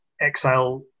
exile